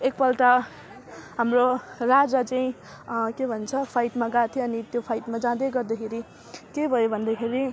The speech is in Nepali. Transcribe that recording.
एकपल्ट हाम्रो राजा चाहिँ के भन्छ फाइटमा गएको थियो अनि त्यो फाइटमा जाँदै गर्दाखेरि के भयो भन्दाखेरि